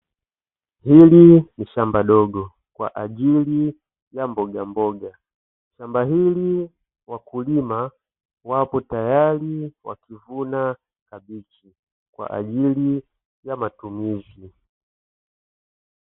Hili ni shamba dogo kwa ajili ya mbogamboga; shamba hili wakulima wapo tayari wakivuna kabichi kwa ajili ya matumizi.